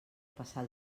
passar